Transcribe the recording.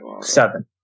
Seven